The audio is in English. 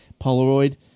Polaroid